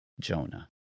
Jonah